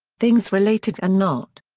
things related and not.